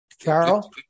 Carol